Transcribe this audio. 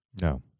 No